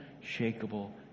unshakable